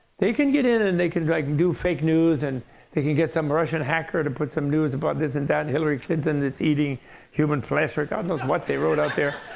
they can get in and they can like can do fake news and they can get some russian hacker to put some news about this and that, hillary clinton is eating human flesh, or god knows what they wrote out there.